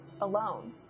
alone